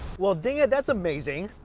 well dangit, that's amazing.